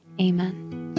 Amen